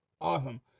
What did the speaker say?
Awesome